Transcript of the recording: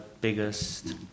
biggest